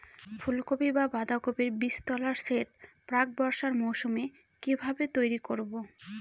ফুলকপি বা বাঁধাকপির বীজতলার সেট প্রাক বর্ষার মৌসুমে কিভাবে তৈরি করব?